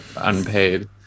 unpaid